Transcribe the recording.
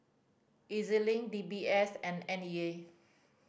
E Z Link D B S and N E A